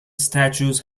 statues